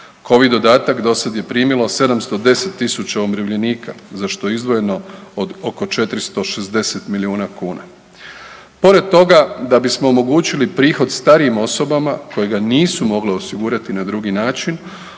Covid dodatak dosad je primilo 710.000 umirovljenika za što je izdvojeno od oko 460 milijuna kuna. Pored toga da bismo omogućili prihod starijim osobama kojega nisu mogle osigurati na drugi način,